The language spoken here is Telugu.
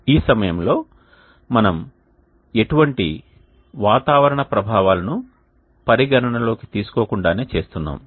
ఈ సమయంలో మనం ఎటువంటి వాతావరణ ప్రభావాలను పరిగణనలోకి తీసుకోకుండానే చేస్తున్నాము